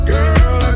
Girl